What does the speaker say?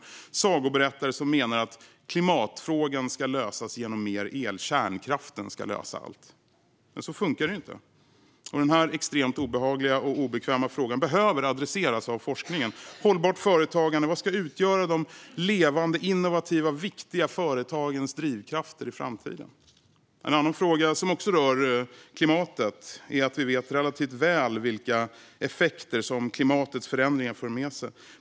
Det är sagoberättare som menar att klimatfrågan ska lösas genom mer el och att kärnkraften ska lösa allt. Men så funkar det inte. Den här extremt obehagliga och obekväma frågan behöver adresseras av forskningen. Vad är hållbart företagande? Vad ska utgöra de levande, innovativa och viktiga företagens drivkrafter i framtiden? En annan fråga, som också rör klimatet, är att vi vet relativt väl vilka effekter klimatets förändringar för med sig.